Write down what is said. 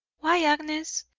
why, agnes,